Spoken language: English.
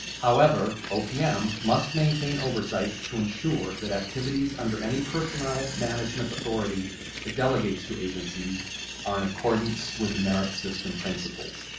however, opm must maintain oversight to ensure that activities under any personnel management authority it delegates to agencies are in accordance with the merit system principles.